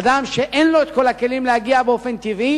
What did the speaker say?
אדם שאין לו כל הכלים להגיע לשם באופן טבעי